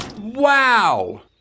Wow